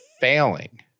failing